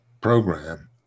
program